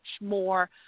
more